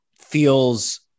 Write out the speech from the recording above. feels